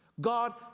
God